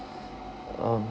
um